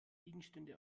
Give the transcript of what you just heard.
gegenstände